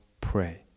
pray